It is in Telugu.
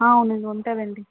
అవునండి ఉంటుందండి